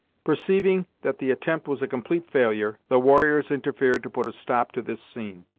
perceiving that the attempt was a complete failure, the warriors interfered to put a stop to this scene,